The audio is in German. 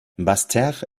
basseterre